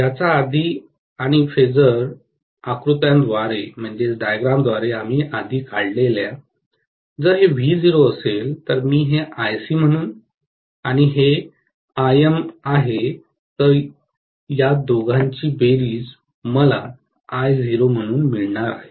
ज्याच्या आधी आणि फेजर आकृत्यांद्वारा आम्ही आधी काढलेल्या जर हे V0 असेल तर मी हे IC म्हणून आणि हे Im आहे तर या दोघांची बेरीज मला I0 म्हणून मिळणार आहे